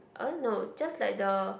no just like the